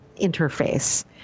interface